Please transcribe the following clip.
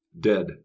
Dead